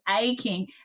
aching